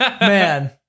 Man